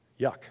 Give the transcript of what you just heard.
Yuck